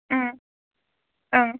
ओम ओं